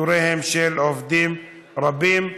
לפיטוריהם של עובדים רבים.